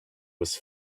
was